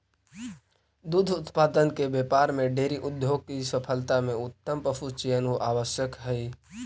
दुग्ध उत्पादन के व्यापार में डेयरी उद्योग की सफलता में उत्तम पशुचयन आवश्यक हई